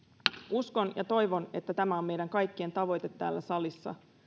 uskon ja toivon että tämä on meidän kaikkien tavoite täällä salissa